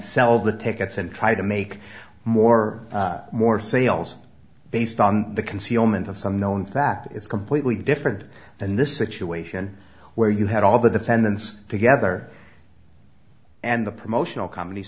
sell the tickets and try to make more more sales based on the concealment of some known fact is completely different than the situation where you had all the defendants together and the promotional companies